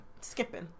Skipping